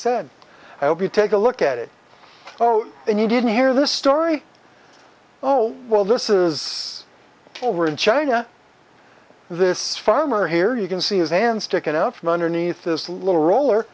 said i hope you take a look at it oh and you didn't hear this story oh well this is over in china this farmer here you can see it and stick it out from underneath this little roller